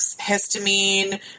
histamine